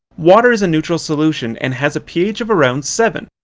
water is a neutral solution and has a ph of around seven.